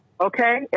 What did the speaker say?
Okay